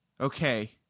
Okay